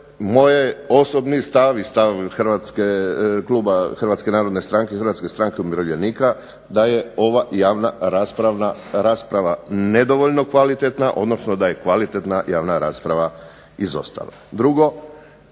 moj osobni stav i stav Kluba Hrvatske narodne stranke i Hrvatske stranke umirovljenika da je ova javna rasprava nedovoljno kvalitetna odnosno da je kvalitetna javna rasprava izostala. Drugo,